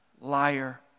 liar